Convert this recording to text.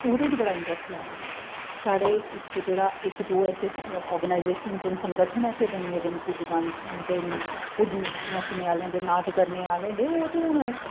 ओह्दे च बडा इंटरेस्ट लै दे ना साढ़े इक जेह्ड़ा इक दो ऐसे आर्गेनाइजेशनस संगठन ऐसे बनी गेदे न कुड्ढ ओह्दे कुड्ढ नच्चने आह्ले दे नाच करने आह्ले दे ओह् ते हून